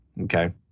Okay